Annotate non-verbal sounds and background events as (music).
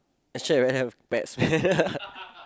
actually I rather have pets man (laughs)